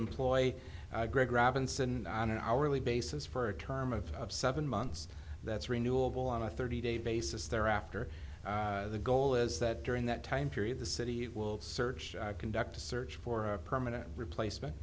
employ greg robinson on an hourly basis for a term of seven months that's renewable on a thirty day basis thereafter the goal is that during that time period the city will search conduct a search for a permanent replacement